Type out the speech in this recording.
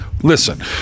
Listen